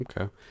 okay